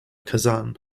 kazan